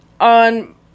on